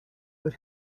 but